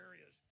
areas